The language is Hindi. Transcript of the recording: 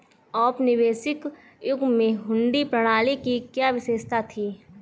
औपनिवेशिक युग में हुंडी प्रणाली की क्या विशेषता थी?